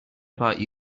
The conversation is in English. about